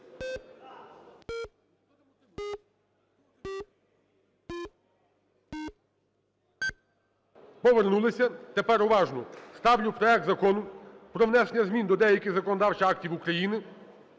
Повернулися. Тепер уважно! Ставлю проект Закону про внесення змін до деяких законодавчих актів України